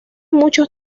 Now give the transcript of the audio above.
muchos